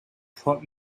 put